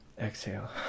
exhale